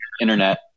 internet